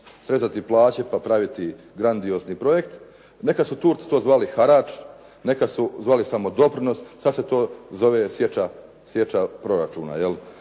srezati plaće, pa praviti grandiozni projekt, nekada su Turci to zvali harač, neka su zvali samodoprinos, sada se to zove sjeća proračuna.